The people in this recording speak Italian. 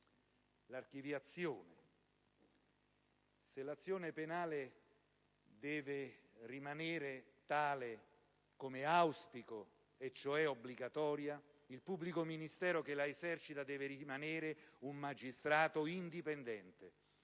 riparatorie. Se l'azione penale deve rimanere tale, come auspico, e cioè obbligatoria, il pubblico ministero che la esercita deve rimanere un magistrato indipendente.